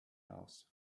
house